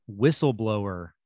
whistleblower